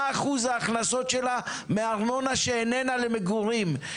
אחוז ההכנסות שלה מארנונה שאיננה למגורים.